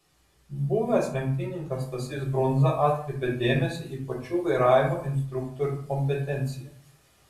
buvęs lenktynininkas stasys brundza atkreipia dėmesį į pačių vairavimo instruktorių kompetenciją